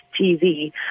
TV